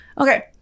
okay